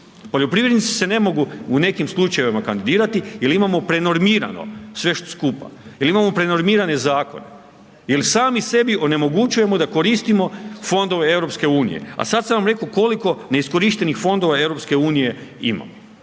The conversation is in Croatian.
Poljoprivrednici se ne mogu u nekim slučajevima kandidirati jer imamo prenormirano sve skupa, jer imamo prenormirane zakone. Jer sami sebi onemogućujemo da koristimo fondove EU, a sad sam vam rekao koliko neiskorištenih fondove EU imamo.